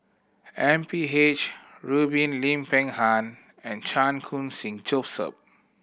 M P H Rubin Lim Peng Han and Chan Khun Sing Joseph